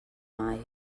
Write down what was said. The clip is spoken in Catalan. mai